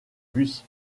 bus